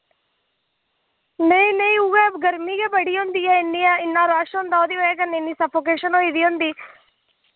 नेईं नेईं उऐ गर्मी गै बड़ी होंदी ऐ इन्नी इन्ना रश होंदा ओह्दी बजह कन्नै इन्नी सफ्फोकेशन होई दी होंदी